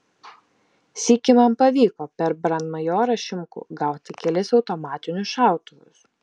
sykį man pavyko per brandmajorą šimkų gauti kelis automatinius šautuvus